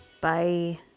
Bye